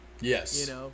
Yes